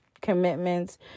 commitments